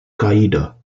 qaeda